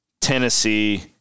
Tennessee